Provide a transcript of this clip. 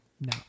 no